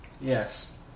Yes